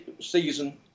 season